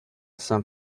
san